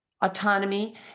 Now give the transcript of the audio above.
autonomy